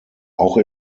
auch